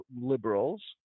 liberals